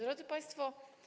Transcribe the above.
Drodzy Państwo!